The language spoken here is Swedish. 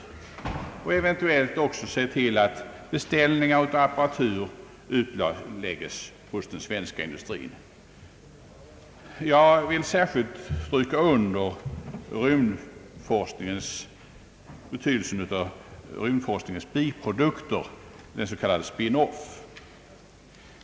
Eventuellt bör vi också se till att beställningar av apparatur utläggs på den svenska industrin. Jag vill särskilt stryka under betydelsen av rymdforskningens biprodukter — s.k. spin off.